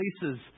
places